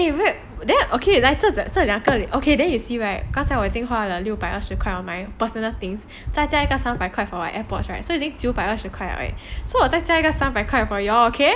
then okay 这这两个礼拜 okay then you see right 我已经花六百二十快 for my personal things 再加上一个三百块 for my airpods so 我再加上多一个三百块 for you all okay